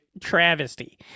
travesty